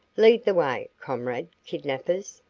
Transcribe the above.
lead the way, comrad kidnappers.